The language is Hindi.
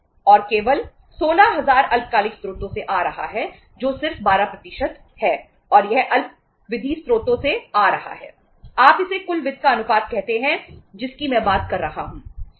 और केवल 16000 अल्पकालिक स्रोतों से आ रहा है जो सिर्फ 12 है और यह अल्पावधि स्रोतों से आ रहा है आप इसे कुल वित्त का अनुपात कहते हैं जिसकी मैं बात कर रहा हूं